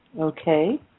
Okay